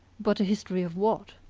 but a history of what?